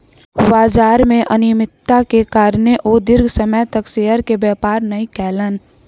बजार में अनियमित्ता के कारणें ओ दीर्घ समय तक शेयर के व्यापार नै केलैन